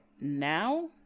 now